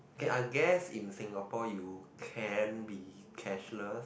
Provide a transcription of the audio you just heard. k I guess in Singapore you can be cashless